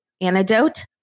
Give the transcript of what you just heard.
antidote